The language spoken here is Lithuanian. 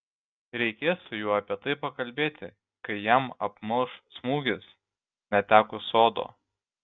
reikės su juo apie tai pakalbėti kai jam apmalš smūgis netekus sodo